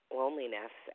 loneliness